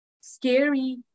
scary